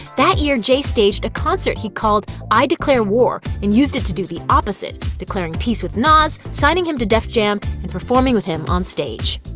that year, jay staged a concert he called i declare war and used it to do the opposite, declaring peace with nas, signing him to def jam and performing with him on stage.